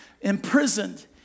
imprisoned